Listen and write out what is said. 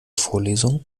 vorlesung